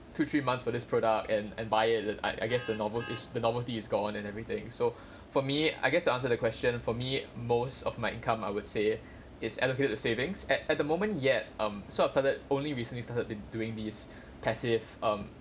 two three months for this product and and buy it the I guess the novel is the novelty is gone and everything so for me I guess to answer the question for me most of my income I would say is allocated to savings at at the moment yet um sort of started only recently started been doing these passive um